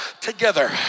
together